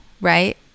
right